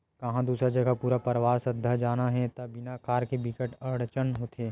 कहूँ दूसर जघा पूरा परवार सुद्धा जाना हे त बिना कार के बिकट अड़चन होथे